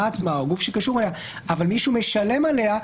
עצמה או גוף שקשור אליה אבל מישהו משלם עליו,